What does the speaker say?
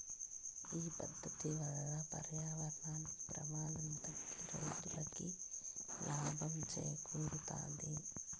ఈ పద్దతి వల్ల పర్యావరణానికి ప్రమాదం తగ్గి రైతులకి లాభం చేకూరుతాది